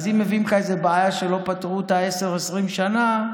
אם מביאים לך איזו בעיה שלא פתרו 10 20 שנה,